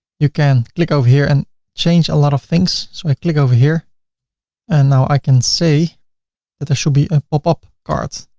you can click over here and change a lot of things. so i click over here and now i can say that there should be a pop-up cart,